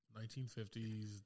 1950s